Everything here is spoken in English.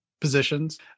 positions